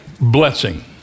blessing